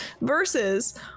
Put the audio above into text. versus